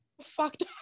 fucked